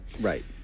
Right